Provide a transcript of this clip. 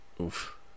Oof